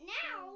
now